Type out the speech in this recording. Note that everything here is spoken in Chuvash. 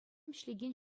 ӗҫлекен